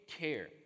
care